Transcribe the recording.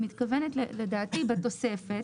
היא מתכוונת לדעתי בתוספת,